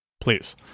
please